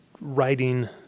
writing